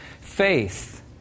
Faith